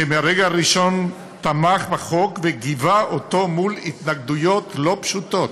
שמהרגע הראשון תמך בחוק וגיבה אותו מול התנגדויות לא פשוטות,